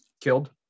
killed